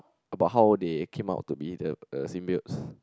about how they came out to be the a Sim builds